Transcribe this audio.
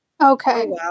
Okay